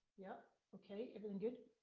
yup, okay, everyone good?